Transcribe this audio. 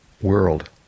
world